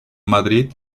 madrid